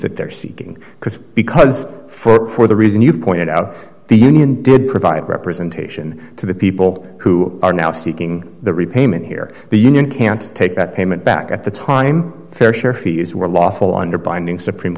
that they're seeking because because for the reason you pointed out the union did provide representation to the people who are now seeking the repayment here the union can't take that payment back at the time fair share fees were lawful under binding supreme